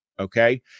Okay